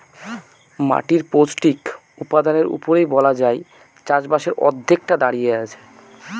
মাটির পৌষ্টিক উপাদানের উপরেই বলা যায় চাষবাসের অর্ধেকটা দাঁড়িয়ে আছে